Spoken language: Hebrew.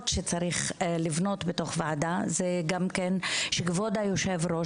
שצריך לבנות בתוך וועדה זה גם כן שכבוד היושב ראש,